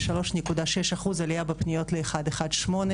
ו-3.6% עלייה בפניות ל-118,